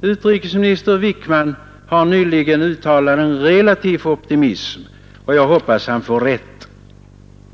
Utrikesminister Wickman har nyligen uttalat en relativ optimism, och jag hoppas han får rätt.